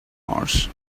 horse